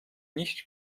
nicht